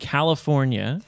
California